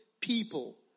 people